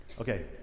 Okay